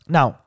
Now